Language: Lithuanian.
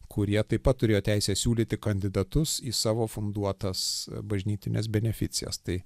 kurie taip pat turėjo teisę siūlyti kandidatus į savo funduotas bažnytines beneficijas tai